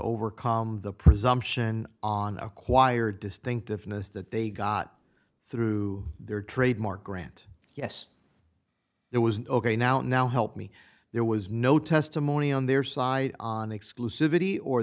overcome the presumption on acquired distinctiveness that they got through their trademark grant yes there was an ok now now help me there was no testimony on their side on exclusiv